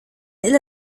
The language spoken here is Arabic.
إلى